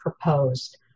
proposed